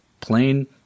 plain